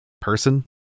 person